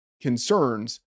concerns